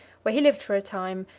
where he lived for a time,